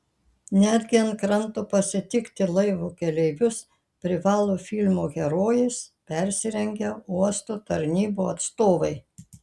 netgi ant kranto pasitikti laivo keleivius privalo filmų herojais persirengę uosto tarnybų atstovai